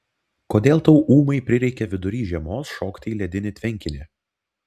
kodėl tau ūmai prireikė vidury žiemos šokti į ledinį tvenkinį